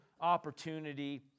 opportunity